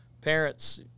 Parents